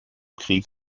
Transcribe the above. krieg